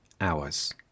hours